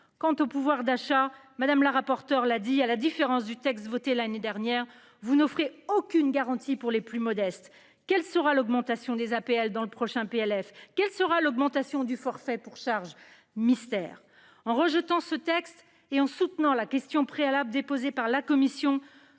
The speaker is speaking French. Quant au pouvoir d'achat, ainsi que l'a dit Mme le rapporteur, à la différence du texte voté l'année dernière, vous n'offrez aucune garantie pour les plus modestes. Quelle sera l'augmentation des APL dans le prochain projet de loi de finances (PLF) ? Quelle sera l'augmentation du forfait pour charges ? Mystère. En rejetant ce texte et en soutenant la question préalable déposée par la commission,